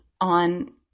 on